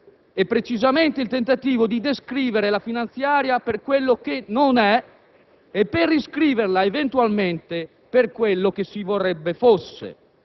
e precisamente il tentativo di descrivere la finanziaria per quello che non è, e per riscriverla, eventualmente, per quello che si vorrebbe fosse.